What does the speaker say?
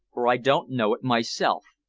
for i don't know it myself.